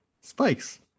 spikes